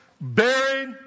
buried